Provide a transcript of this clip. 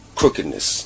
crookedness